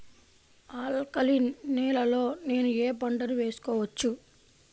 Alkaline నేలలో నేనూ ఏ పంటను వేసుకోవచ్చు?